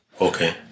Okay